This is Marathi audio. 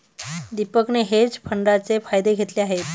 दीपकने हेज फंडाचे फायदे घेतले आहेत